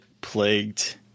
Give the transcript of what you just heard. plagued